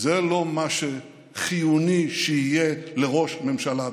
זה לא מה שחיוני שיהיה לראש ממשלה בישראל.